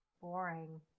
boring